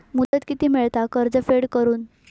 मुदत किती मेळता कर्ज फेड करून?